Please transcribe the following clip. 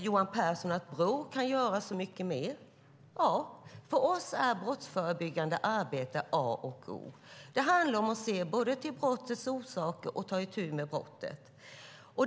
Johan Pehrson säger att Brå kan göra så mycket mer. Ja, det kan Brå göra. För oss är brottsförebyggande arbete A och O. Det handlar om att både titta på brottets orsaker och ta itu med brottet.